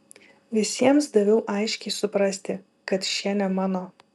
visiems daviau aiškiai suprasti kad šie ne mano